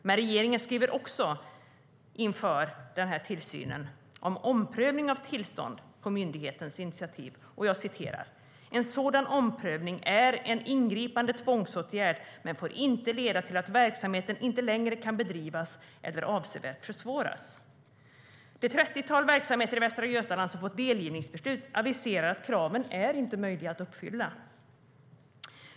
Men regeringen skriver också inför denna tillsyn om omprövning av tillstånd på myndighetens initiativ: "En sådan omprövning är en ingripande tvångsåtgärd, men får inte leda till att verksamheten inte längre kan bedrivas eller avsevärt försvåras." Det trettiotal verksamheter i Västra Götaland som har fått delgivningsbeslut aviserar att kraven inte är möjliga att uppfylla.